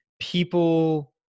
people